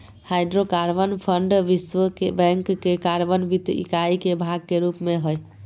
hydrocarbon fund विश्व bank के carbon वित्त इकाई के भाग के रूप में हइ